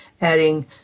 adding